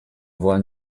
wollen